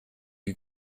you